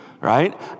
Right